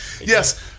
Yes